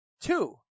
two